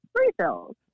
refills